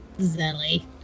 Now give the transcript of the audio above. Zelly